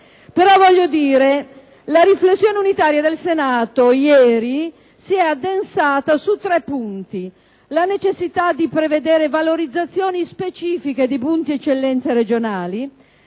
In ogni modo, la riflessione unitaria del Senato si è concentrata su tre punti: la necessità di prevedere valorizzazioni specifiche dei punti di eccellenza regionali;